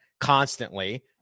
constantly